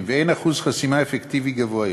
ואין אחוז חסימה אפקטיבי גבוה יותר,